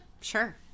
sure